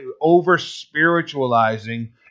over-spiritualizing